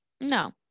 No